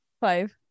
Five